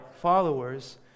followers